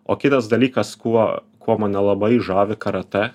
o kitas dalykas kuo kuo mane labai žavi karatė